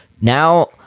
Now